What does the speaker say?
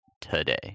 today